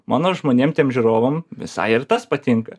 mano žmonėm tiem žiūrovam visai ir tas patinka